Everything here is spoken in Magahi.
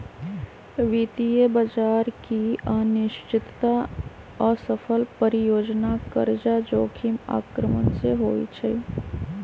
वित्तीय बजार की अनिश्चितता, असफल परियोजना, कर्जा जोखिम आक्रमण से होइ छइ